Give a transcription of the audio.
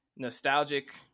Nostalgic